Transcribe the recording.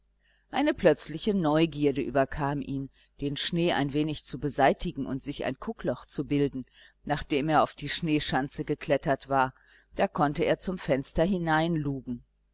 eine plötzliche neugierde überkam ihn den schnee ein wenig zu beseitigen und sich ein guckloch zu bilden und nachdem er auf die schneeschanze geklettert war konnte er zum fenster